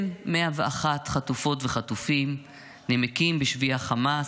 101 חטופות וחטופים נמקים בשבי חמאס,